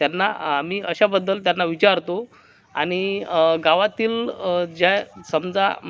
त्यांना आम्ही अशाबद्दल त्यांना विचारतो आणि गावातील ज्या समजा